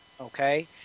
Okay